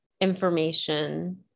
information